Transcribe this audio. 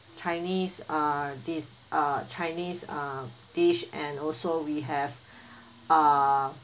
chinese uh dish uh chinese uh dish and also we have uh